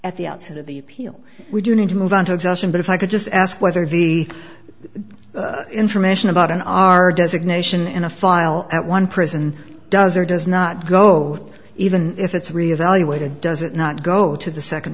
at the outset of the appeal would you need to move on to exhaustion but if i could just ask whether the information about an r designation in a file at one prison does or does not go even if it's reevaluated does it not go to the second